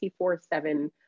24-7